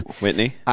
Whitney